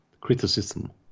criticism